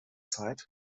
zeit